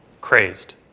crazed